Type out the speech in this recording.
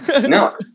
no